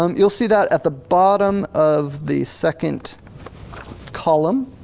um you'll see that at the bottom of the second column.